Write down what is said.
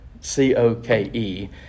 C-O-K-E